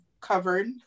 covered